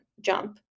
jump